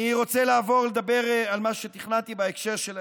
אני רוצה לעבור ולדבר על מה שתכננתי בהקשר של האי-אמון.